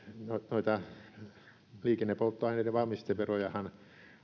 noita liikennepolttoaineiden valmisteverojahan